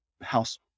house